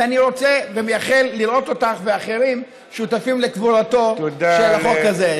ואני רוצה ומייחל לראות אותך ואחרים שותפים לקבורתו של החוק הזה.